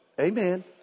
Amen